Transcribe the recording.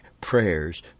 prayers